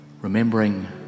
remembering